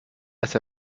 las